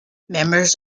members